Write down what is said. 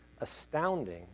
astounding